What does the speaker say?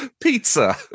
Pizza